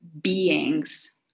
beings